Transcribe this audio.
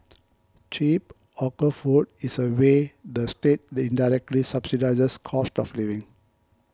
cheap hawker food is a way the state the indirectly subsidises cost of living